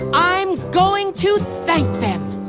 i'm going to thank them!